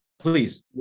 please